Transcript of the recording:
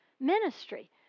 ministry